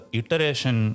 iteration